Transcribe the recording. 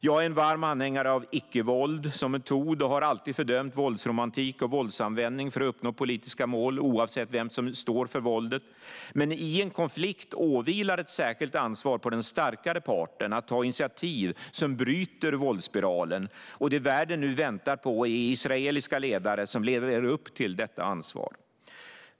Jag är en varm anhängare av icke-våld som metod och har alltid fördömt våldsromantik och våldsanvändning för att uppnå politiska mål, oavsett vem som står för våldet, men i en konflikt vilar ett särskilt ansvar på den starkare parten att ta initiativ som bryter våldsspiralen. Det som världen nu väntar på är israeliska ledare som lever upp till detta ansvar.